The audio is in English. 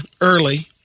early